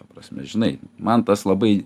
ta prasme žinai man tas labai